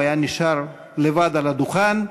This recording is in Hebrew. הוא היה נשאר לבד על הדוכן,